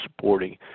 Supporting